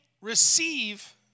receive